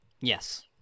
yes